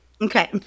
Okay